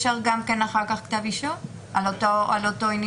אפשר אחר כך כתב אישום על אותו עניין?